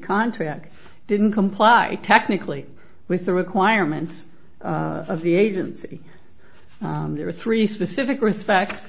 contract didn't comply technically with the requirements of the agency there are three specific respects